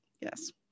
yes